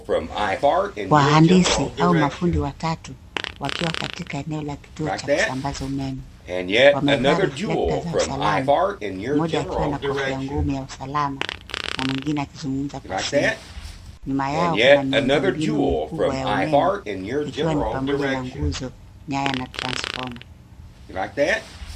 Wahandisi au mafundi watatu wakiwa katika eneo la kituo cha kusambaza umeme. Wamevaa reflekta za usalama, mmoja akiwa na kofia ngumu ya usalama na mwingine akizungumza kwa simu. Nyuma yao, kuna miundo mbinu mikubwa ya umene, ikiwa ni pamoja na nguzo, nyaya, na transformer .